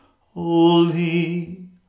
Holy